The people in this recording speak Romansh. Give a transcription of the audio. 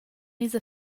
esa